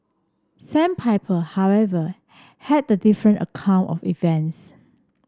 sandpiper however had a different account of events